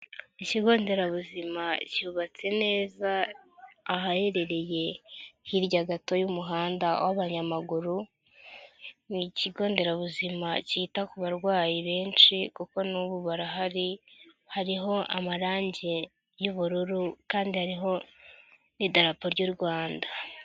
Ikigo nderabuzima cyubatse neza, ahaherereye hirya gato y'umuhanda w'abanyamaguru, ni ikigo nderabuzima cyita ku barwayi benshi kuko n'ubu barahari, hariho amarangi y'ubururu kandi hariho n'idarapo ry'u Rwanda.